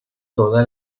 toda